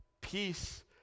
Peace